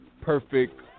perfect